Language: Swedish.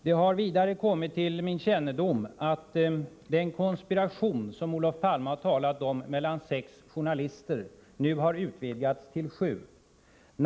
Det har vidare kommit till min kännedom att den konspiration mellan sex journalister som Olof Palme har talat om nu har utvidgats till att omfatta sju.